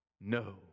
No